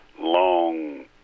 long